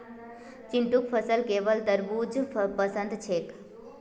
चिंटूक फलत केवल तरबू ज पसंद छेक